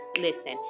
Listen